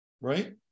right